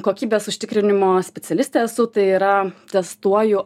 kokybės užtikrinimo specialistė esu tai yra testuoju